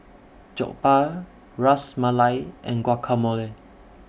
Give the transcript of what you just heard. Jokbal Ras Malai and Guacamole